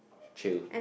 chill